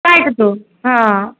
राखि दु हँ